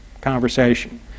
conversation